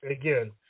again